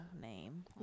name